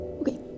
Okay